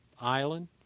island